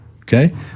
okay